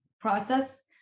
process